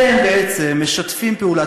אתם בעצם משתפים פעולה.